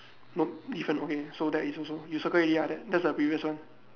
nope different okay so that's also you circle already ah that's the previous one